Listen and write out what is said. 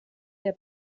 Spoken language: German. der